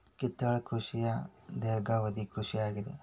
ಕಿತ್ತಳೆ ಕೃಷಿಯ ಧೇರ್ಘವದಿ ಕೃಷಿ ಆಗಿದೆ